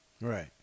Right